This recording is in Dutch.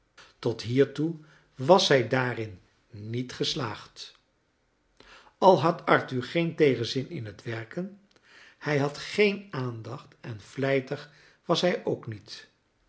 tot hiertoe was zij daarin niet geslaagd al had arthur geen tegenzin in het werken hij had geen aandacht en vlijtig was hij ook niet